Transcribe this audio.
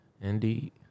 Indeed